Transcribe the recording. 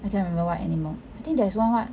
I can't remember what animal I think there's [one] [what]